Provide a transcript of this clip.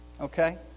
Okay